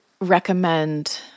recommend